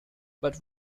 but